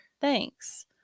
Thanks